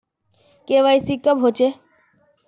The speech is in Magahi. के.वाई.सी कब होचे?